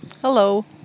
Hello